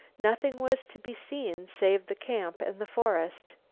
nothing was to be seen save the camp and the forest.